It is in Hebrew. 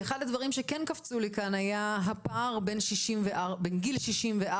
אחד הדברים שקפצו לי כאן היה הפער בין גיל 64,